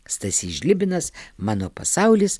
stasys žlibinas mano pasaulis